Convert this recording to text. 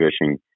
fishing